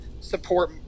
support